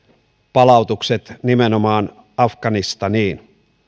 palautukset nimenomaan afganistaniin